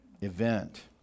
event